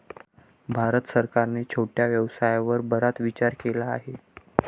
भारत सरकारने छोट्या व्यवसायावर बराच विचार केला आहे